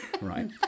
right